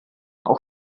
auch